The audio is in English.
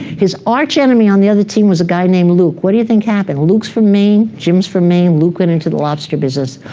his arch-enemy arch-enemy on the other team was a guy named luke. what do you think happened? luke's from maine. jim's from maine. luke went into the lobster business.